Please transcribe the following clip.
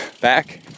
Back